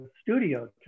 studio